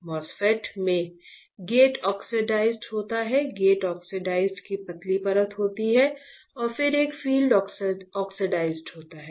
MOSFET में gate oxide होता है गेट ऑक्साइड की पतली परत होती है और फिर एक फील्ड ऑक्साइड होता है